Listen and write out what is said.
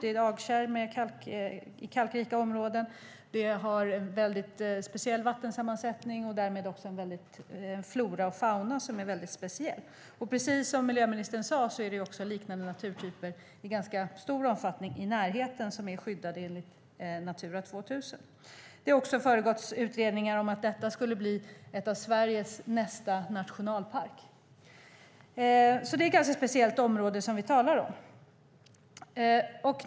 Det är agkärr med kalkrika områden. Det har en väldigt speciell vattensammansättning och därmed en väldigt speciell flora och fauna. Precis som miljöministern sade finns det liknande naturtyper i ganska stor omfattning i närheten som är skyddade enligt Natura 2000. Det har också gjorts utredningar om att detta skulle bli Sveriges nästa nationalpark. Det är alltså ett ganska speciellt område som vi talar om.